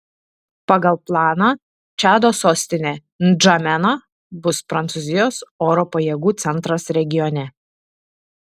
pagal planą čado sostinė ndžamena bus prancūzijos oro pajėgų centras regione